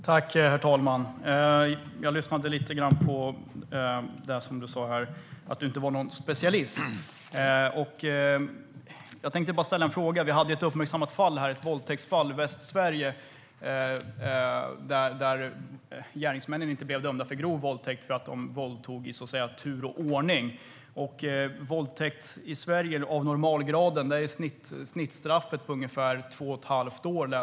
Herr talman! Du sa att du inte var någon specialist, Mats Pertoft. Vi hade ett uppmärksammat våldtäktsfall i Västsverige där gärningsmännen inte blev dömda för grov våldtäkt eftersom de våldtog i tur och ordning. Snittstraff för våldtäkt av normalgraden är i Sverige ungefär två och ett halvt år.